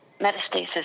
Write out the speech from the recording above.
metastasis